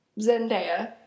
Zendaya